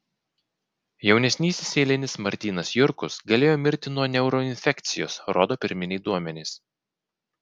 jaunesnysis eilinis martynas jurkus galėjo mirti nuo neuroinfekcijos rodo pirminiai duomenys